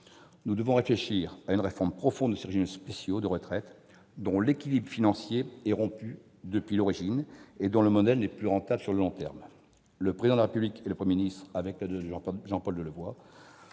Nous devrons réfléchir à une réforme en profondeur de ces régimes spéciaux de retraite, dont l'équilibre financier est rompu depuis l'origine et dont le modèle n'est plus tenable sur le long terme. Le Président de la République et le Premier ministre se sont engagés à mener